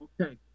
okay